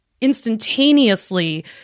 instantaneously